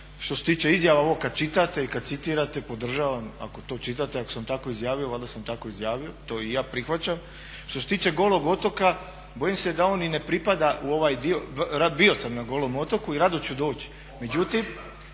Što se tiče izjava ovo kada čitate i kada citirate podržavam ako to čitate ako sam tako izjavio valjda sam tako izjavio to i ja prihvaćam. Što se tiče Golog otoka bojim se da on ni ne pripada u ovaj dio, bio sam na Golom otoku i rado ću doći.